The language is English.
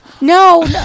No